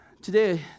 today